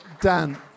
Dan